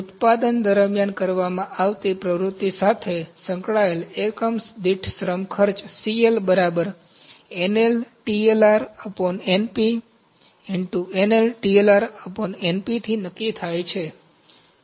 ઉત્પાદન દરમિયાન કરવામાં આવતી પ્રવૃત્તિ સાથે સંકળાયેલ એકમ દીઠ શ્રમ ખર્ચ CL થી નક્કી થાય છે